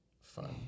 fun